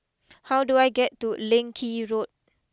how do I get to Leng Kee Road